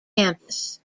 campus